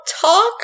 talk